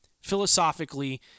Philosophically